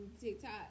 TikTok